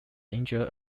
injured